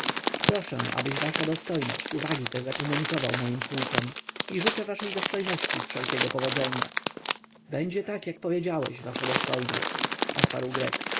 proszę abyś wasza dostojność uwagi te zakomunikował moim pułkom i życzę waszej dostojności wszelkiego powodzenia będzie tak jak powiedziałeś wasza dostojność odparł